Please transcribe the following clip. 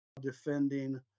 defending